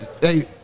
Hey